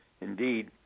Indeed